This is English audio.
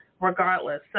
regardless